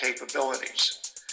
capabilities